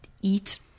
eat